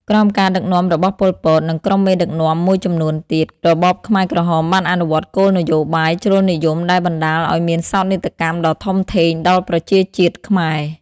ក្រោមការដឹកនាំរបស់ ប៉ុល ពត និងក្រុមមេដឹកនាំមួយចំនួនទៀត របបខ្មែរក្រហមបានអនុវត្តគោលនយោបាយជ្រុលនិយមដែលបណ្ដាលឲ្យមានសោកនាដកម្មដ៏ធំធេងដល់ប្រជាជាតិខ្មែរ។